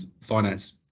finance